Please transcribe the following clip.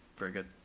very good.